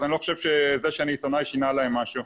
אז אני לא חושב שזה שאני עיתונאי שינה להם משהו.